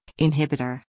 inhibitor